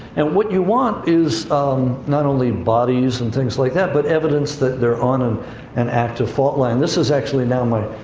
and what you want is not only bodies, and things like that, but evidence that they're on an and active fault line. this is actually now my,